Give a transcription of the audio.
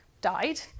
died